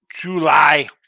July